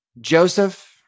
Joseph